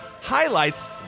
highlights